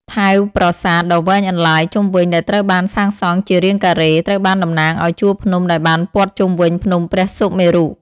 ថែវប្រាសាទដ៏វែងអន្លាយជុំវិញដែលត្រូវបានសាងសង់ជារាងការ៉េ ត្រូវបានតំណាងឲ្យជួរភ្នំដែលបានព័ទ្ធជុំវិញភ្នំព្រះសុមេរុ។